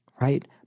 right